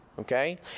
Okay